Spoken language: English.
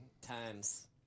times